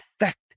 effect